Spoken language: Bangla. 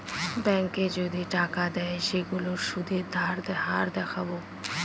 ব্যাঙ্কে যদি টাকা দেয় সেইগুলোর সুধের হার দেখাবো